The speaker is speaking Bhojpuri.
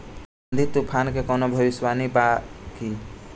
आँधी तूफान के कवनों भविष्य वानी बा की?